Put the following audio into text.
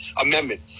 amendment